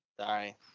sorry